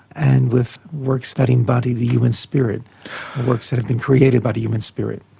and with works that embody the human spirit works that have been created by the human spirit.